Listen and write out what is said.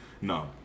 No